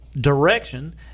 direction